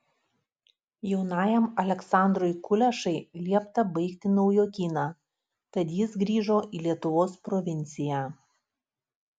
jaunajam aleksandrui kulešai liepta baigti naujokyną tad jis grįžo į lietuvos provinciją